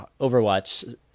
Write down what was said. overwatch